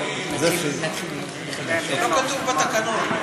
לא כתוב בתקנון.